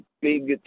big